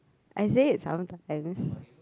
I say it sometimes